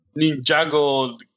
Ninjago